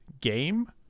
game